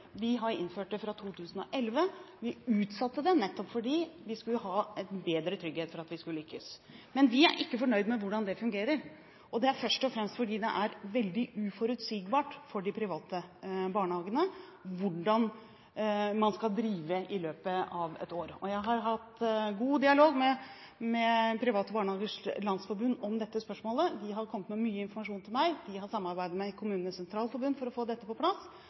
2007, vi innførte det fra 2011. Vi utsatte det, nettopp fordi vi skulle ha en bedre trygghet for at vi skulle lykkes. Men vi er ikke fornøyd med hvordan det fungerer – først og fremst fordi det er veldig uforutsigbart for de private barnehagene hvordan man skal drive i løpet av et år. Jeg har hatt god dialog med Private Barnehagers Landsforbund om dette spørsmålet. De har kommet med mye informasjon til meg. Vi har samarbeidet med Kommunenes Sentralforbund for å få dette på plass,